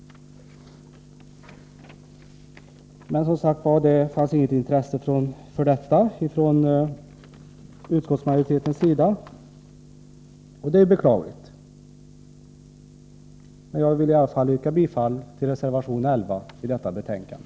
Men det fanns alltså inget intresse för detta från utskottsmajoritetens sida, och det är beklagligt. Jag vill i alla fall yrka bifall till reservation 11 vid detta betänkande.